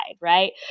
right